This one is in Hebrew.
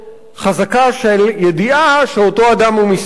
חזקה של ידיעה שאותו אדם הוא מסתנן.